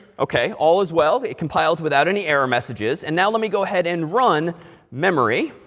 ok, all is well. it compiled without any error messages, and now let me go ahead and run memory,